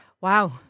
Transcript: Wow